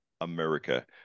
America